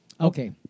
Okay